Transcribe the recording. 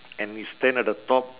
and you stand at the top